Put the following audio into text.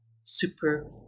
super